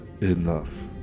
enough